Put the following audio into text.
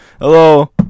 Hello